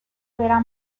verá